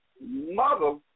mother